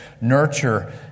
nurture